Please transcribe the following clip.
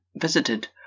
visited